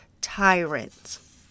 tyrants